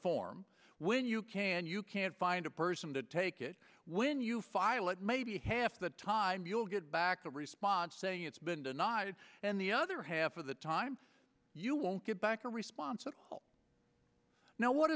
form when you can you can't find a person to take it when you file it maybe half the time you'll get back the response saying it's been denied and the other half of the time you won't get back a response at all now what